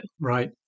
Right